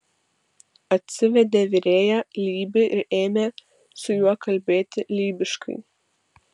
atsivedė virėją lybį ir ėmė su juo kalbėti lybiškai